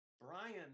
Brian